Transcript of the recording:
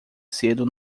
cedo